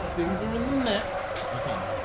things are in the mix. okay.